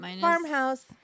farmhouse